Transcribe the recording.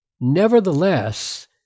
nevertheless